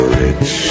rich